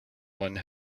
one